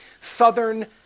southern